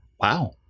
wow